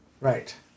Right